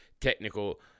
technical